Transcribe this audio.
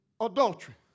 adultery